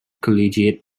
collegiate